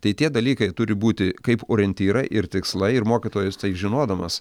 tai tie dalykai turi būti kaip orientyra ir tikslai ir mokytojas tai žinodamas